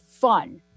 fun